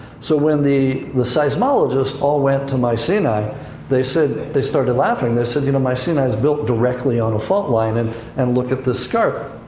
so when the, the seismologists all went to mycenae, they said, they started laughing. they said, you know, mycenae is built directly on a fault line, and and look at the scarp.